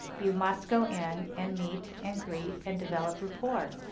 you must go in and meet and greet and develop rapport.